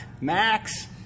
Max